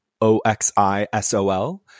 O-X-I-S-O-L